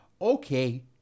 Okay